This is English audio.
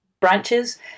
branches